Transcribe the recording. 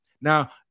Now